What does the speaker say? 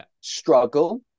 struggle